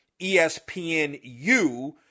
ESPNU